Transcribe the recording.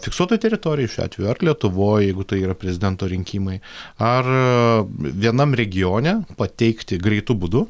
fiksuotoj teritorijoj šiuo atveju ar lietuvoj jeigu tai yra prezidento rinkimai ar vienam regione pateikti greitu būdu